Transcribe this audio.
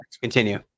continue